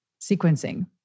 sequencing